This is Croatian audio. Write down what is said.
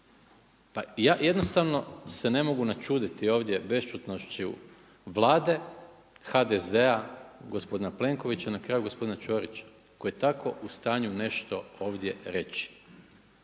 Pa ja jednostavno se ne mogu načuditi ovdje bešćutnošću Vlade HDZ-a gospodina Plenkovića, na kraju gospodina Ćorića koji je tako u stanju nešto ovdje reći.